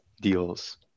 deals